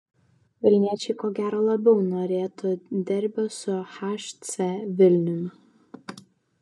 vilniečiai ko gero labiau norėtų derbio su hc vilniumi